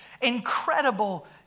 incredible